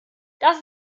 das